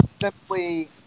simply –